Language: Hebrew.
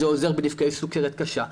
זה עוזר בנפגעי סכרת קשה,